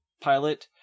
pilot